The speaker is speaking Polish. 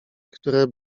które